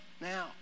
now